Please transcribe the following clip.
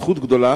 זו זכות גדולה,